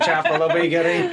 čepą labai gerai